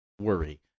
worry